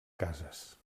cases